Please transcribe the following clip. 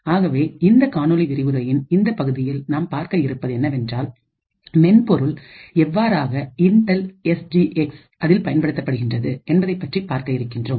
ஆகவே இந்த காணொளி விரிவுரையின் இந்தப் பகுதியில் நாம் பார்க்க இருப்பது என்னவென்றால் மென்பொருள் எவ்வாறாக இன்டெல் எஸ் ஜி எக்ஸ் அதில் பயன்படுத்தப்படுகின்றது என்பதைப்பற்றி பார்க்க இருக்கின்றோம்